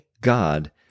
God